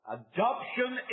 adoption